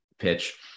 pitch